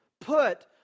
put